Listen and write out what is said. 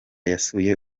yasuye